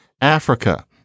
Africa